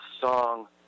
song